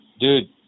dude